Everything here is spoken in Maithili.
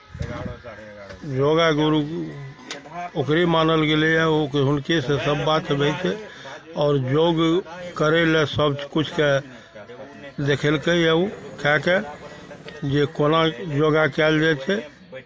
योगा गुरू ओकरे मानल गेलैए ओक हुनकेसँ सभ बात रहै छै आओर योग करय लए सभ किछुके देखेलकैए ओ कए कऽ जे कोना योगा कयल जाइ छै